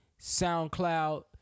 SoundCloud